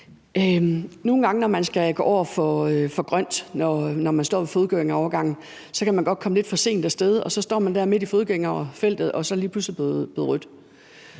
nogle gange skal gå over for grønt, når man står ved fodgængerovergangen, kan man godt komme lidt for sent af sted, og så står man der midt i fodgængerfeltet og ser, at der lige pludselig er blevet rødt.